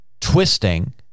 twisting